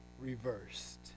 reversed